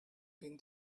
been